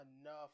enough